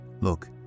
Look